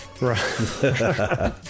Right